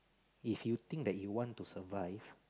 if you think that you want to survive